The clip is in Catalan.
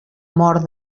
mort